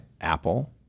Apple